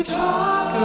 talk